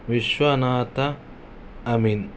Vishwanath Amin